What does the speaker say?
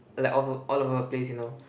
like all all over the place you know